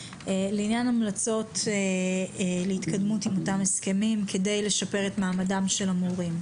לעניין המלצות להתקדמות באותם הסכמים כדי לשפר את מעמד המורים.